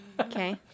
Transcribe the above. Okay